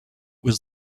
was